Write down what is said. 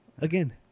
Again